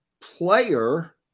player